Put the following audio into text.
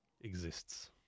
exists